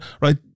right